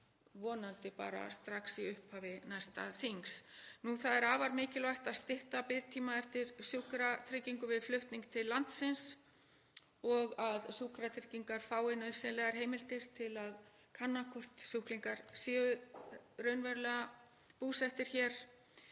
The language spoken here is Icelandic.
vonandi strax í upphafi næsta þings. Það er afar mikilvægt að stytta biðtíma eftir sjúkratryggingu við flutning til landsins og að Sjúkratryggingar fái nauðsynlegar heimildir til að kanna hvort sjúklingar séu raunverulega búsettir hér,